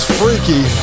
freaky